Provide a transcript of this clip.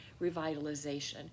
revitalization